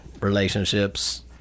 relationships